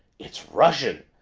it's russian!